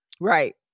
Right